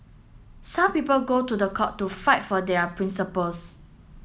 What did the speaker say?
some people go to the court to fight for their principles